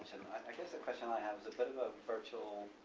i guess the question i have is a bit of a virtual,